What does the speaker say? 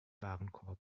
warenkorb